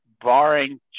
barring